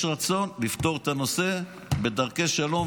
יש רצון לפתור את הנושא בדרכי שלום,